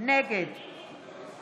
נגד מיכל רוזין, בעד